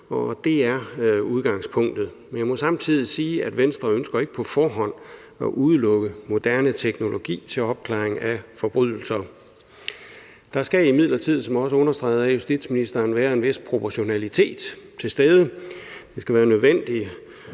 det er udgangspunktet. Men jeg må samtidig sige, at Venstre ikke på forhånd ønsker at udelukke moderne teknologi til opklaring af forbrydelser. Der skal imidlertid, som også understreget af justitsministeren, være en vis proportionalitet til stede. Det skal være nødvendigt